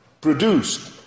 produced